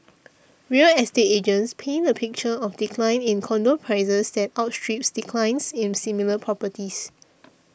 real estate agents paint a picture of a decline in condo prices that outstrips declines in similar properties